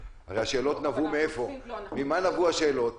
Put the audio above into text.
הרי מאיפה השאלות נבעו?